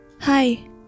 Hi